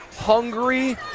Hungry